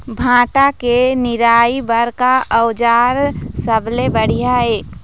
भांटा के निराई बर का औजार सबले बढ़िया ये?